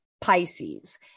Pisces